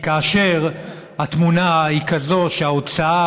כי כאשר התמונה היא כזאת,